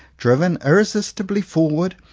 driven ir resistibly forward,